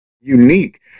unique